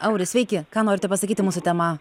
auri sveiki ką norite pasakyti mūsų tema